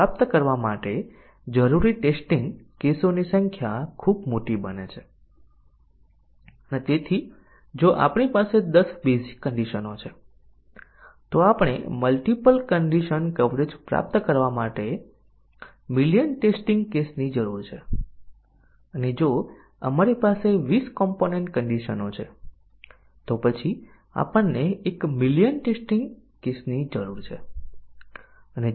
ચાલો આપણે તે જોઈએ અને કન્ડિશન ટેસ્ટીંગ આપણે જોયું કે બેઝીક કન્ડિશન ટેસ્ટીંગ એ ડીસીઝન ટેસ્ટીંગ કરતા ખરેખર મજબૂત ટેસ્ટીંગ નથી કારણ કે બેઝીક કન્ડિશન ની ટેસ્ટીંગ ડીસીઝન ટેસ્ટીંગ ની ખાતરી આપતું નથી